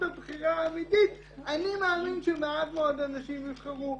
הבחירה האמיתית אני מאמין שמעט מאוד אנשים יבחרו